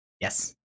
yes